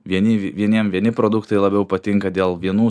vieni vieniem vieni produktai labiau patinka dėl vienų